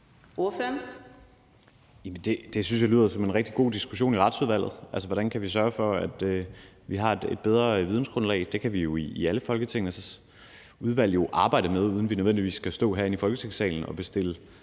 Det synes jeg lyder som en rigtig god diskussion at få i Retsudvalget, altså hvordan vi kan sørge for, at vi har et bedre vidensgrundlag. Det kan vi jo i alle Folketingets udvalg arbejde med, uden at vi nødvendigvis skal stå herinde i Folketingssalen og bestille